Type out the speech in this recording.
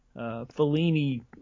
Fellini